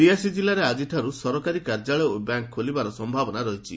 ରିଆସି ଜିଲ୍ଲାରେ ଆଜିଠାରୁ ସରକାରୀ କାର୍ଯ୍ୟାଳୟ ଓ ବ୍ୟାଙ୍କ ଖୋଲିବାର ସମ୍ଭାବନା ରହିଛି